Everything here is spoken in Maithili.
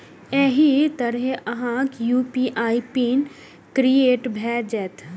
एहि तरहें अहांक यू.पी.आई पिन क्रिएट भए जाएत